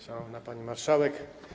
Szanowna Pani Marszałek!